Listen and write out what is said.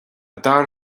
d’fhear